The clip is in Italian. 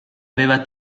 aveva